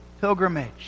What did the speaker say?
pilgrimage